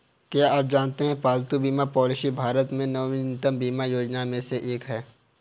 क्या आप जानते है पालतू बीमा पॉलिसी भारत में नवीनतम बीमा योजनाओं में से एक है?